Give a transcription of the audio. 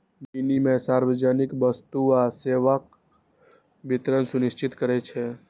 विनियम सार्वजनिक वस्तु आ सेवाक वितरण सुनिश्चित करै छै